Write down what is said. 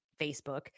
Facebook